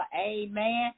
amen